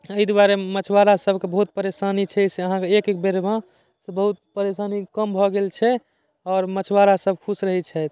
अइ दुआरे मछुआरा सबके बहुत परेशानी छै से अहाँके एकैक बेरमे बहुत परेशानी कम भऽ गेल छै आओर मछुआरा सब खुश रहै छथि